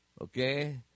Okay